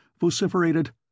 vociferated